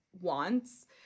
wants